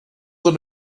than